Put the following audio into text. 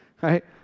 right